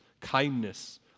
kindness